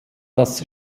das